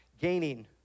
gaining